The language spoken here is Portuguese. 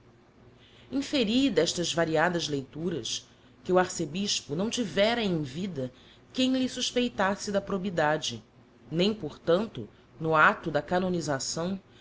inferi d'estas variadas leituras que o arcebispo não tivera em vida quem lhe suspeitasse da probidade nem por tanto no acto da canonisação